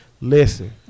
Listen